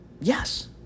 Yes